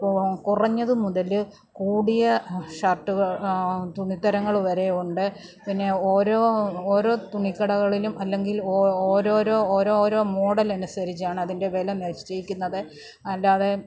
കുറഞ്ഞത് മുതല് കൂടിയ ഷർട്ടുകൾ തുണിത്തരങ്ങള് വരെയുണ്ട് പിന്നെ ഓരോ ഓരോ തുണി കടകളിലും അല്ലെങ്കിൽ ഓരോ ഓരോരോ മോഡലനുസരിച്ചാണ് അതിൻ്റെ വില നിശ്ചയിക്കുന്നത് അല്ലാതെ